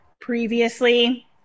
previously